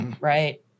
right